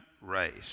race